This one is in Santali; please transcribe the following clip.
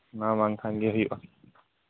ᱚᱱᱟ ᱵᱟᱝ ᱠᱷᱟᱱ ᱜᱮ ᱦᱩᱭᱩᱜᱼᱟ